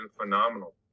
phenomenal